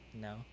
No